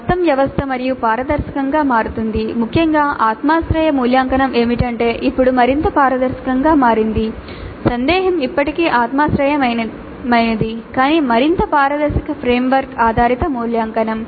మొత్తం వ్యవస్థ మరింత పారదర్శకంగా మారుతుంది ముఖ్యంగా ఆత్మాశ్రయ మూల్యాంకనం ఏమిటంటే ఇప్పుడు మరింత పారదర్శకంగా మారింది సందేహం ఇప్పటికీ ఆత్మాశ్రయమైనది కానీ మరింత పారదర్శక ఫ్రేమ్వర్క్ ఆధారిత మూల్యాంకనం